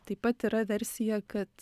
taip pat yra versija kad